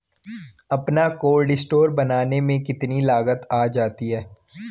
अपना cold store बनाने में कितनी लागत आ जाती है?